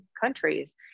countries